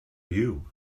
you